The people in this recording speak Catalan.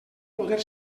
poder